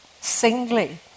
singly